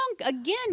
again